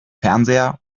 fernseher